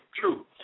true